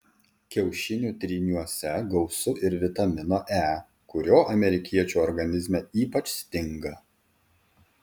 kiaušinių tryniuose gausu ir vitamino e kurio amerikiečių organizme ypač stinga